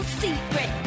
secret